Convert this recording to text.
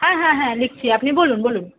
হ্যাঁ হ্যাঁ হ্যাঁ লিখছি আপনি বলুন বলুন